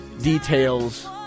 details